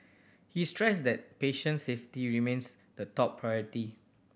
he stressed that patient safety remains the top priority